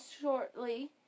shortly